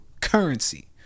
currency